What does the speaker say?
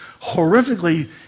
horrifically